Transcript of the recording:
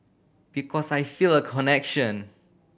because I feel a connection